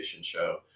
show